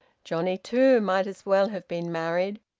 johnnie, too, might as well have been married.